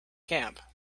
camp